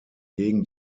gegen